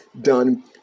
done